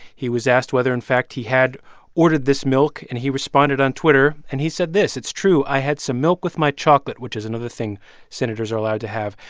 he was asked whether, in fact, he had ordered this milk. and he responded on twitter, and he said this, it's true i had some milk with my chocolate, which is another thing senators are allowed to have.